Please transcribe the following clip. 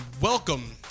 welcome